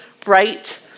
bright